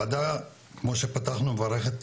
כמו שפתחנו,